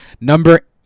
Number